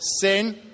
sin